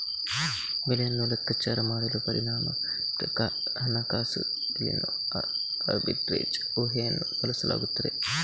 ಬೆಲೆಯನ್ನು ಲೆಕ್ಕಾಚಾರ ಮಾಡಲು ಪರಿಮಾಣಾತ್ಮಕ ಹಣಕಾಸುದಲ್ಲಿನೋ ಆರ್ಬಿಟ್ರೇಜ್ ಊಹೆಯನ್ನು ಬಳಸಲಾಗುತ್ತದೆ